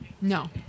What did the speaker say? no